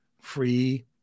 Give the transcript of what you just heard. free